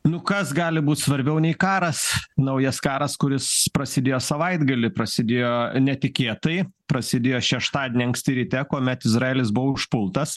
nu kas gali būt svarbiau nei karas naujas karas kuris prasidėjo savaitgalį prasidėjo netikėtai prasidėjo šeštadienį anksti ryte kuomet izraelis buvo užpultas